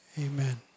amen